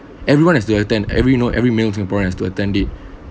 everyone has to attend every you know every male singaporeans has to attend it